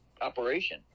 operation